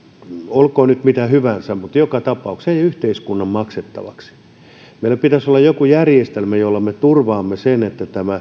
olkoon nyt mitä hyvänsä joka tapauksessa se jäi yhteiskunnan maksettavaksi kun tapahtuu tämmöinen niin meillä pitäisi olla joku järjestelmä jolla me turvaamme sen että tämä ala